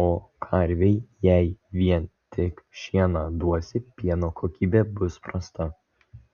o karvei jei vien tik šieną duosi pieno kokybė bus prasta